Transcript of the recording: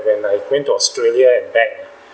when I went australia and back